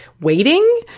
waiting